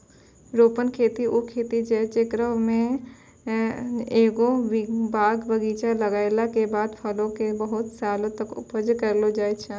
रोपनी खेती उ खेती छै जेकरा मे एगो बाग बगीचा लगैला के बाद फलो के बहुते सालो तक उपजा करलो जाय छै